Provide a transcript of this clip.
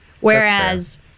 Whereas